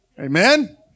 Amen